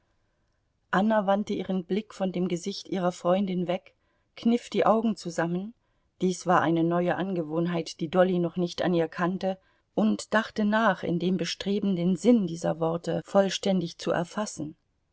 anna wandte ihren blick von dem gesicht ihrer freundin weg kniff die augen zusammen dies war eine neue angewohnheit die dolly noch nicht an ihr kannte und dachte nach in dem bestreben den sinn dieser worte vollständig zu erfassen